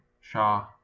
Shah